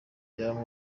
yaba